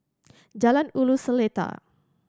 Jalan Ulu Seletar